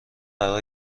قرار